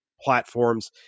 platforms